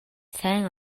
сайн